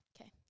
Okay